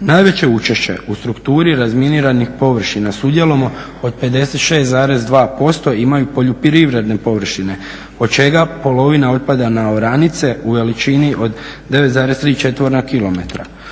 Najveće učešće u strukturi razminiranih površina s udjelom od 56,2% imaju poljoprivredne površine, od čega polovina otpada na oranice u veličini od 9,3 km2.